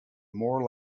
more